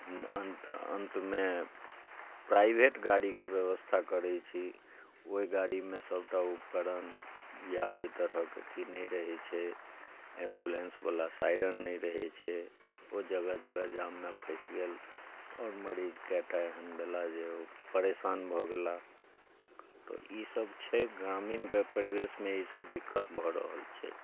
अन्तमे प्राइवेट गाड़ीके व्यवस्था करै छी ओहि गाड़ीमे सबटा उपकरण या ओहि तरहक अथि नहि रहै छै एम्बुलेन्सवला साइरन नहि रहै छै ओ जगह जगह जाममे फँसि गेल आओर मरीज कए टा एहन भेलाह जे ओ परेशान भऽ गेलाह तऽ ई सभ छै ग्रामीण परिवेशमे ई सभ दिक्कत भऽ रहल छै